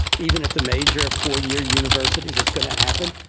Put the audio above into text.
even at the major four-year universities. it's going to happen.